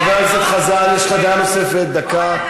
חבר הכנסת חזן, יש לך דעה נוספת, דקה.